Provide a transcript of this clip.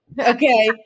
Okay